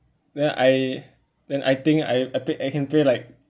then I then I think I pay I can pay like